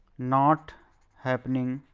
not happening